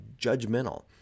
judgmental